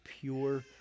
pure